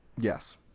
yes